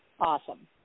Awesome